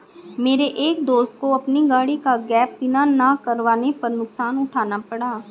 मेरे एक दोस्त को अपनी गाड़ी का गैप बीमा ना करवाने पर नुकसान उठाना पड़ा